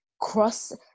cross –